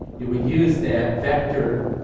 it would use that vector